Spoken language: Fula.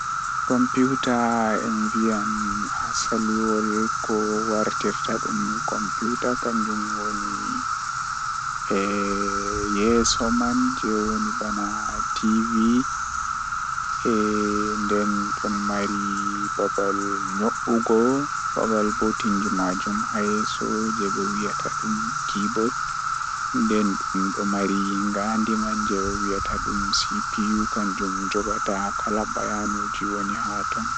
Ko njamaaji ɗe o waɗa waawde njoɓdi e hoore ngal miɗo njiddaade njamaaji rewɓe. Ko njoɓdi goɗɗo ɗum ko processor, rewɓe nguurndam ngam rewti sabu fiyaangu. Kadi, rewɓe njiddaade memory, kadi hard drive ngal rewɓe fiyaangu.